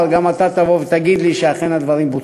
גם אתה תבוא ותגיד לי שאכן הדברים בוצעו.